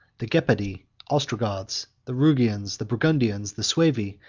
the gepidae ostrogoths, the rugians, the burgundians, the suevi,